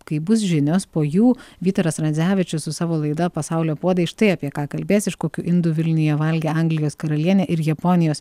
kai bus žinios po jų vytaras radzevičius su savo laida pasaulio puodai štai apie ką kalbės iš kokių indų vilniuje valgė anglijos karalienė ir japonijos